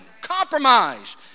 Compromise